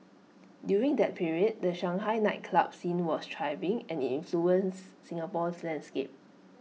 during that period the Shanghai nightclub scene was thriving and IT influenced Singapore's landscape